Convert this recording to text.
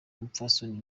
umupfasoni